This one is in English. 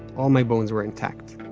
all my bones were intact.